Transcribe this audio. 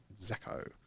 Zeko